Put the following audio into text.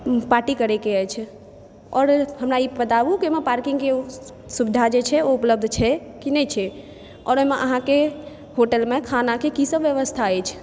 party करयके अछि आओर हमरा ई बताबु कि हमरा पार्किंग के सुविधा जे छै ओ उपलब्ध छै कि नहि छै आओर ओहिमे अहाँकेँ होटल मे खानाके की सब व्यवस्था अछि